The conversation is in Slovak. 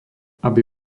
aby